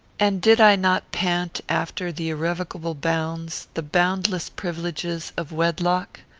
and did i not pant after the irrevocable bounds, the boundless privileges, of wedlock?